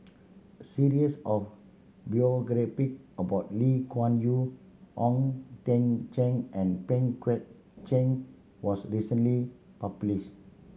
series of about Lee Kuan Yew Ong Teng Cheong and Pang Guek Cheng was recently published